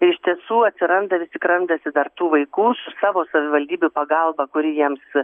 iš tiesų atsiranda vis tik randasi dar tų vaikų savo savivaldybių pagalba kuri jiems